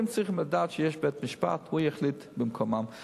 על זה יש משא-ומתן, על זה יש בורר, ובורר החליט.